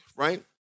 right